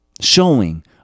showing